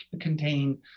contain